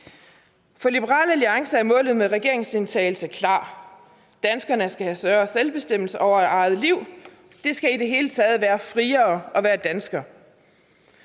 For Liberal Alliance er målet med regeringsdeltagelse klar: Danskerne skal have større selvbestemmelse over eget liv; det skal i det hele taget være friere at være dansker.